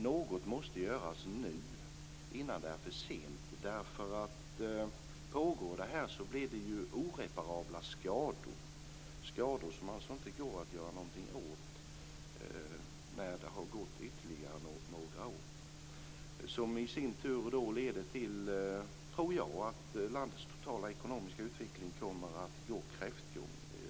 Något måste göras nu innan det är för sent, därför att om det här pågår så blir det oreparabla skador, skador som alltså inte går att göra någonting åt när det har gått ytterligare några år, som i sin tur leder till - tror jag - att landets totala ekonomiska utveckling kommer att gå kräftgång.